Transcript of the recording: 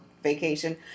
vacation